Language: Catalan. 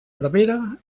prevere